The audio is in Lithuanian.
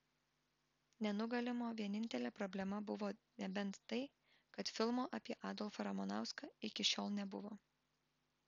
nenugalimo vienintelė problema buvo nebent tai kad filmo apie adolfą ramanauską iki šiol nebuvo